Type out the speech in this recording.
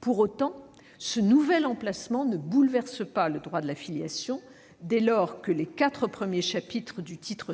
Pour autant, ce nouvel emplacement ne bouleverse pas le droit de la filiation dès lors que les quatre premiers chapitres du titre